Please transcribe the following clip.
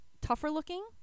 tougher-looking